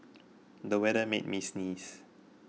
the weather made me sneeze